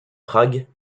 prague